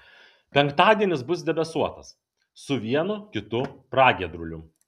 penktadienis bus debesuotas su vienu kitu pragiedruliu